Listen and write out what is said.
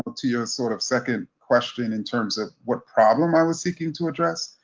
but to your sort of second question in terms of what problem i was seeking to address,